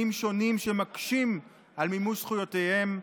שונים שמקשים את מימוש זכויותיהם,